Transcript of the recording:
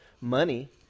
money